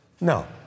No